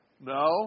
No